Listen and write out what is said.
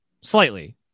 slightly